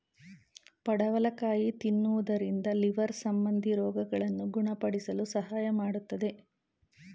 ಪಡವಲಕಾಯಿ ತಿನ್ನುವುದರಿಂದ ಲಿವರ್ ಸಂಬಂಧಿ ರೋಗಗಳನ್ನು ಗುಣಪಡಿಸಲು ಸಹಾಯ ಮಾಡತ್ತದೆ